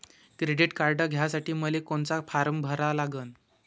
Credit card घ्यासाठी मले कोनचा फारम भरा लागन?